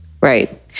right